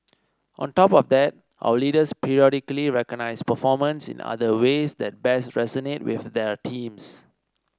on top of that our leaders periodically recognise performance in other ways that best resonate with their teams